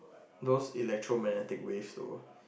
those electromagnetic waves though